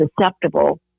susceptible